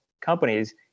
companies